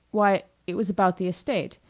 why, it was about the estate.